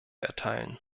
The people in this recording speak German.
erteilen